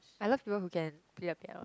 I love people who can play the piano